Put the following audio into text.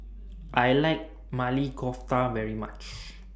I like Maili Kofta very much